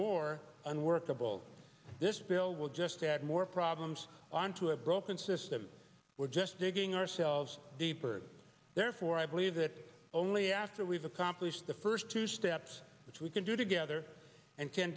more unworkable this bill will just add more problems onto a broken system we're just digging ourselves deeper and therefore i believe that only after we've accomplished the first two steps which we can do together and